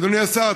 אדוני השר,